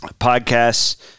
podcasts